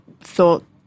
thought